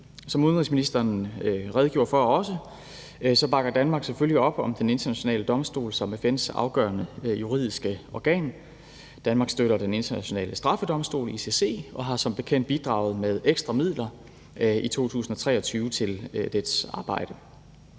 Som udenrigsministeren også redegjorde for, bakker Danmark selvfølgelig op om Den Internationale Domstol, som er FN's afgørende juridiske organ. Danmark støtter Den Internationale Straffedomstol, ICC og har som bekendt i 2023 bidraget med ekstra midler til dets arbejde.